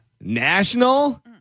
National